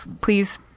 please